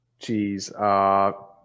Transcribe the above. Jeez